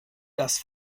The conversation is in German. das